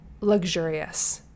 Luxurious